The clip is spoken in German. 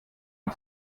man